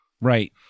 right